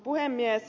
puhemies